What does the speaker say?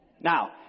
Now